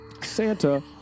Santa